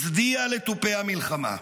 הצדיעה לתופי המלחמה.